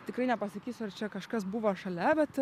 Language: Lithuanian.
tikrai nepasakysiu ar čia kažkas buvo šalia bet